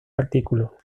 artículo